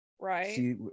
Right